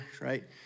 right